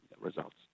results